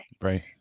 Right